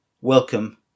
welcome